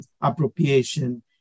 appropriation